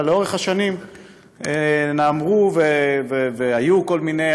אבל לאורך השנים נאמרו והיו כל מיני